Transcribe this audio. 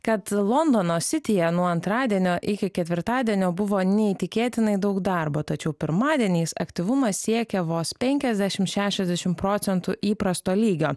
kad londono sityje nuo antradienio iki ketvirtadienio buvo neįtikėtinai daug darbo tačiau pirmadieniais aktyvumas siekė vos penkiasdešim šešiasdešim procentų įprasto lygio